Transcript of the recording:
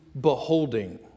beholding